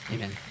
Amen